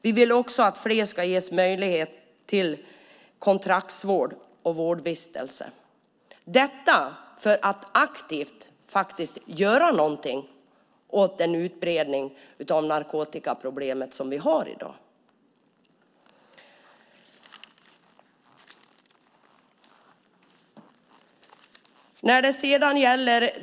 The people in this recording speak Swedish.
Vi vill också att fler ska ges möjlighet till kontraktsvård och vårdvistelse - detta för att aktivt göra något åt den utbredning av narkotikaproblemet som finns i dag.